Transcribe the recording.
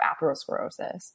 atherosclerosis